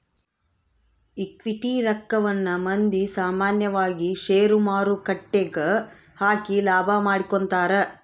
equity ರಕ್ಕವನ್ನ ಮಂದಿ ಸಾಮಾನ್ಯವಾಗಿ ಷೇರುಮಾರುಕಟ್ಟೆಗ ಹಾಕಿ ಲಾಭ ಮಾಡಿಕೊಂತರ